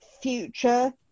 future